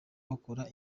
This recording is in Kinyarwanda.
bakora